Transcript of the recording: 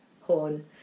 horn